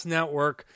Network